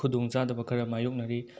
ꯈꯨꯗꯣꯡ ꯆꯥꯗꯕ ꯈꯔ ꯃꯥꯏꯌꯣꯛꯅꯔꯤ